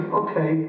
okay